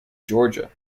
georgia